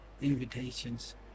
invitations